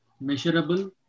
measurable